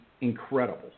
incredible